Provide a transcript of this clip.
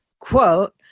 quote